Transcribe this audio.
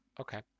Okay